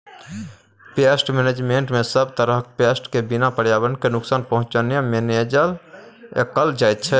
pest मेनेजमेन्टमे सब तरहक पेस्ट केँ बिना पर्यावरण केँ नुकसान पहुँचेने मेनेज कएल जाइत छै